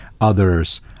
others